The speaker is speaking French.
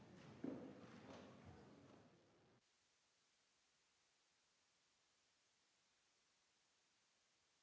Merci